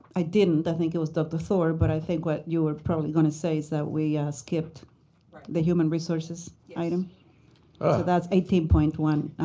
i didn't. i think it was dr. thor. but i think what you were probably going to say is that we skipped the human resources item. so that's eighteen point one,